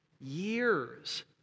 years